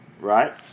right